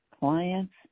clients